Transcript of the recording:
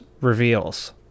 reveals